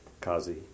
Kazi